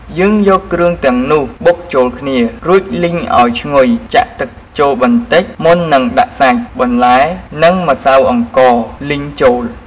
យើងត្រូវយកគ្រឿងទាំងនោះបុកចូលគ្នា រួចលីងឱ្យឈ្ងុយ ចាក់ទឹកចូលបន្តិចមុននឹងដាក់សាច់ បន្លែ និងម្សៅអង្ករលីងចូល។